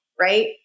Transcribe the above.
right